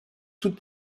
toute